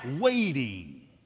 Waiting